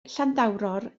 llanddowror